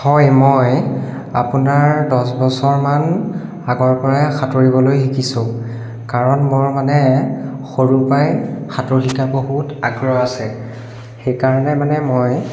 হয় মই আপোনাৰ দহ বছৰমান আগৰ পৰাই সাঁতুৰিবলৈ শিকিছোঁ কাৰণ মোৰ মানে সৰুৰ পৰাই সাঁতোৰ শিকাটো বহুত আগ্ৰহ আছে সেইকাৰণে মানে মই